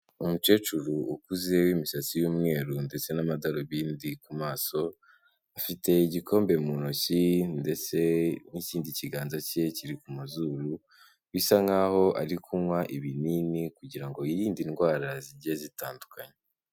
Umukecuru ukuzeho w'imisatsi y'umweru ndetse n'amadarubindi ku maso, afite igikombe mu ntoki ndetse n'ikindi kiganza cye kiri ku mazuru, bisa nkaho ari kunywa ibinini kugira ngo yirinde indwara zigiye zitandukanye.